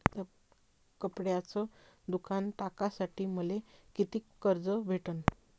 कपड्याचं दुकान टाकासाठी मले कितीक कर्ज भेटन?